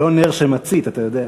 לא נר שמצית, אתה יודע.